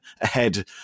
ahead